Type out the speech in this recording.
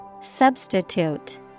Substitute